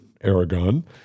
Aragon